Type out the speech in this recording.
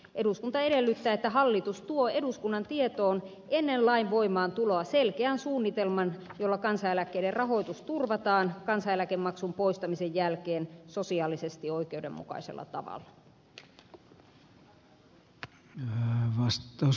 eduskunta edellyttää että hallitus tuo eduskunnan tietoon ennen lain voimaantuloa selkeän suunnitelman jolla kansaneläkkeiden rahoitus turvataan kansaneläkemaksun poistamisen jälkeen sosiaalisesti oikeudenmukaisella tavalla